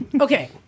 Okay